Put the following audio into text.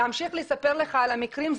להמשיך לספר לך על המקרים?